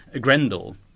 Grendel